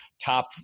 top